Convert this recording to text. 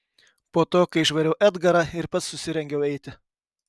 po to kai išvariau edgarą ir pats susirengiau eiti